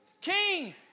King